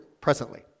presently